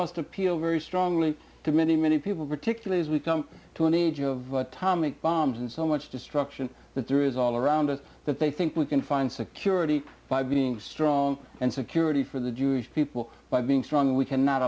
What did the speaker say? must appeal very strongly to many many people particularly as we come to an age of tomic bombs and so much destruction that there is all around us that they think we can find security by being strong and security for the jewish people by being strong we cannot